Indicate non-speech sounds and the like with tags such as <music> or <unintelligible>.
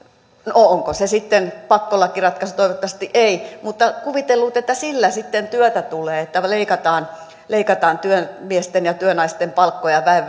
onko se sitten pakkolakiratkaisu toivottavasti ei ja kuvitellut että sillä sitten työtä tulee että leikataan työmiesten ja työnaisten palkkoja väen <unintelligible>